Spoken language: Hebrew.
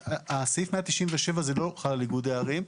סעיף 197 הזה לא חל על איגודי ערים.